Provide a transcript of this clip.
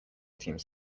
teams